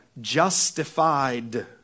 justified